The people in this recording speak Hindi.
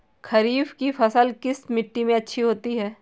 खरीफ की फसल किस मिट्टी में अच्छी होती है?